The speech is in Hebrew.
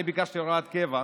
אני ביקשתי הוראת קבע,